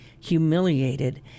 humiliated